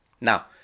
Now